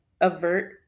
avert